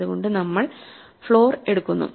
അതുകൊണ്ടു നമ്മൾ ഫ്ലോർ എടുക്കുന്നു